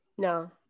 No